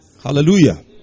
Hallelujah